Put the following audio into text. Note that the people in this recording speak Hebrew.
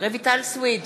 רויטל סויד,